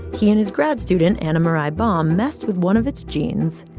he and his grad student, anna-marie bohm, messed with one of its genes,